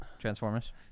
Transformers